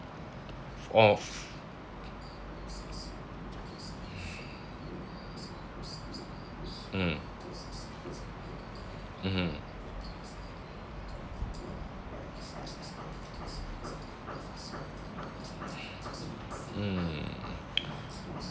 of mm mmhmm mm